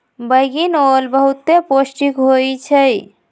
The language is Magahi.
बइगनि ओल बहुते पौष्टिक होइ छइ